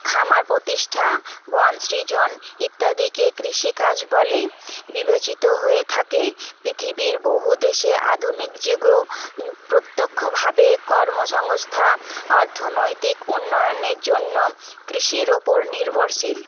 খামার প্রতিষ্ঠা বনসৃজন ইত্যাদিকে কৃষিকাজ বলে বিবেচিত হয়ে থাকে পৃথিবীর বহু দেশে আধুনিক যুগও প্রত্যক্ষভাবে কর্মসংস্থান অর্থনৈতিক উন্নয়নের জন্য কৃষির ওপর নির্ভরশীল